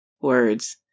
words